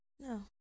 No